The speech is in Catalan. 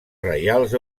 reials